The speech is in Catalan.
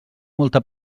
molta